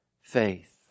faith